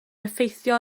effeithio